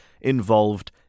involved